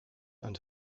and